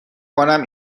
کنم